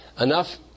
enough